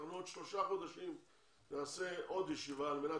בעוד שלושה חודשים אנחנו נעשה עוד ישיבה על מנת